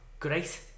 Great